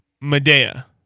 Medea